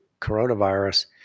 coronavirus